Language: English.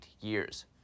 years